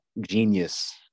genius